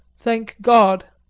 thank god!